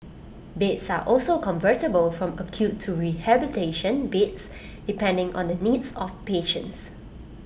beds are also convertible from acute to rehabilitation beds depending on the needs of patients